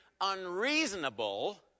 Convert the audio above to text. unreasonable